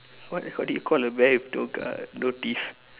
what what do you call a bear no gu~ no teeth